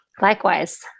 Likewise